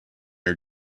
are